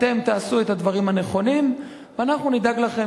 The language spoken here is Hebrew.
אתם תעשו את הדברים הנכונים ואנחנו נדאג לכם